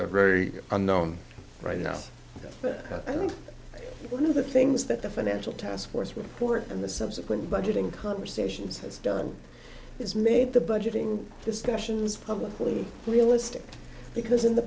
all very unknown right now but one of the things that the financial task force report and the subsequent budgeting conversations has done is made the budgeting discussions publicly realistic because in the